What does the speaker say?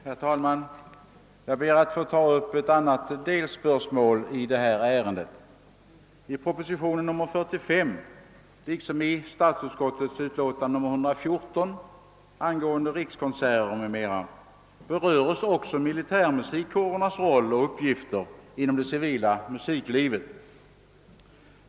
Herr talman! Jag ber att få ta upp ett annat delspörsmål i detta ärende. I propositionen nr 45 liksom i statsutskottets utlåtande nr 114 angående rikskonserter m.m. berörs militärmusikkårernas roll och uppgifter inom det civila musiklivet.